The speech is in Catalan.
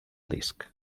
disc